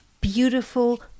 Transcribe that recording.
beautiful